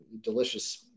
delicious